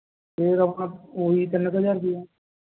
ਤੇਲ ਆਪਣਾ ਉਹੀ ਤਿੰਨ ਕੁ ਹਜ਼ਾਰ ਰੁਪਈਏ ਦਾ